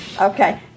Okay